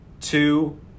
two